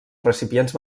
recipients